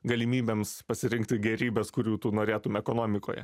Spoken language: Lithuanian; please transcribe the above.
galimybėms pasirinkti gėrybes kurių tu norėtum ekonomikoje